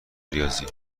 ریاضی